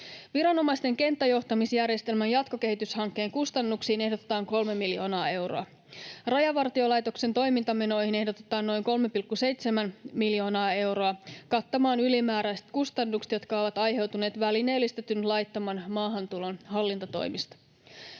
Viranomaisten kenttäjohtamisjärjestelmän jatkokehityshankkeen kustannuksiin ehdotetaan 3 miljoonaa euroa. Rajavartiolaitoksen toimintamenoihin ehdotetaan noin 3,7 miljoonaa euroa kattamaan ylimääräiset kustannukset, jotka ovat aiheutuneet välineellistetyn laittoman maahantulon hallintatoimista.